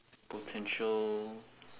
potential